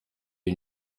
iyi